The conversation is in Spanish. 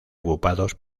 ocupados